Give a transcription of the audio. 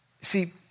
See